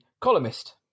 columnist